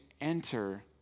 enter